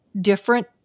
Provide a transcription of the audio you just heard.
different